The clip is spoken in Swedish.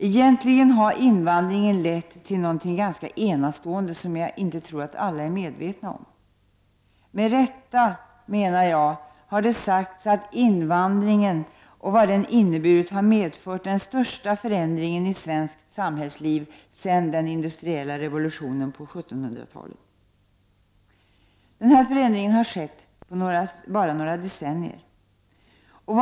Egentligen har invandringen lett till något ganska enastående, som jag inte tror att alla är medvetna om. Med rätta — menar jag — har det sagts att invandringen och vad den inneburit har medfört den största förändringen i svenskt samhällsliv sedan den industriella revolutionen på 1700-talet. Denna förändring har skett på bara några decennier.